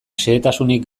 xehetasunik